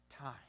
time